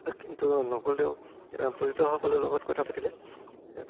কিন্তু নগ'লেও পৰ্যটকসকলৰ লগত কথা পাতিলে